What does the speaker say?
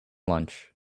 lunch